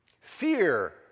Fear